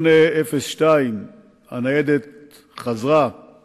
אדוני היושב-ראש, חברי הכנסת, חברי הכנסת המציעים,